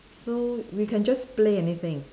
so we can just play anything